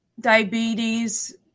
diabetes